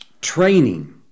training